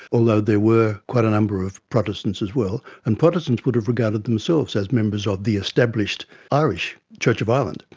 although there were quite a number of protestants as well, and protestants would have regarded themselves as members of the established irish, church of ireland.